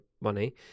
money